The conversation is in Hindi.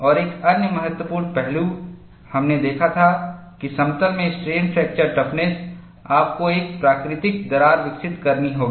और एक अन्य महत्वपूर्ण पहलू हमने देखा था कि समतल में स्ट्रेन फ्रैक्चर टफनेस आपको एक प्राकृतिक दरार विकसित करनी होगी